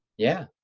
yeah.